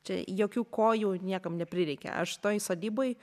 čia jokių kojų niekam neprireikė aš toj sodyboj